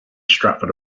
stratford